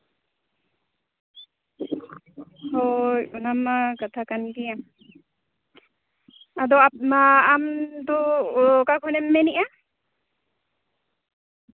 ᱦᱳᱭ ᱚᱱᱟᱢᱟ ᱠᱟᱛᱷᱟ ᱠᱟᱱ ᱜᱮ ᱟᱫᱚ ᱟᱢ ᱢᱟ ᱟᱢ ᱫᱚ ᱚᱠᱟ ᱠᱷᱚᱱᱮᱢ ᱢᱮᱱᱮᱫᱼᱟ